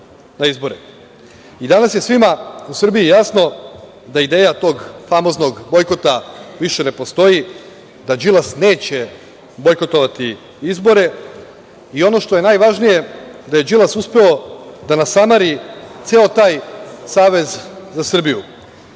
Danas je svima u Srbiji jasno da ideja tog famoznog pokreta više ne postoji, da Đilas neće bojkotovati izbore. Ono što je najvažnije jeste da je Đilas uspeo da nasamari ceo taj Savez za Srbiju,